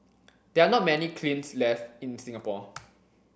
there are not many kilns left in Singapore